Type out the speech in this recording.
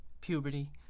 puberty